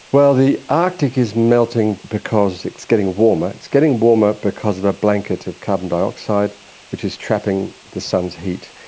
well, the arctic is melting because it's getting warmer. it's getting warmer because of a blanket of carbon dioxide which is trapping the sun's heat.